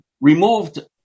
removed